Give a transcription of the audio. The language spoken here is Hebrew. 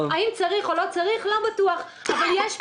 האם צריך או לא צריך לא בטוח, אבל יש פתרון,